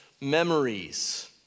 memories